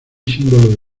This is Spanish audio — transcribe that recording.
símbolo